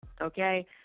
okay